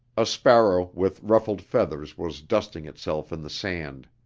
a sparrow with ruffled feathers was dusting itself in the sand.